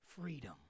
Freedom